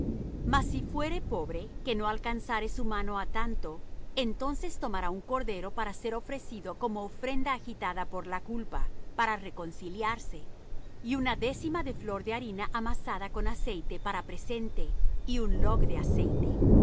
mas si fuere pobre que no alcanzare su mano á tanto entonces tomará un cordero para ser ofrecido como ofrenda agitada por la culpa para reconciliarse y una décima de flor de harina amasada con aceite para presente y un log de aceite